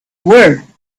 world